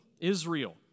Israel